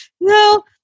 No